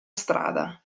strada